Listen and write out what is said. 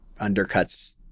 undercuts